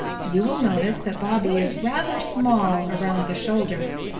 you will notice that bobby is rather small around the shoulders,